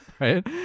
Right